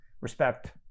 respect